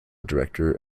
director